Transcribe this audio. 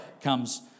comes